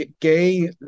gay